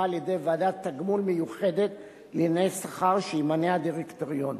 על-ידי ועדת תגמול מיוחדת לענייני שכר שימנה הדירקטוריון.